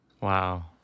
Wow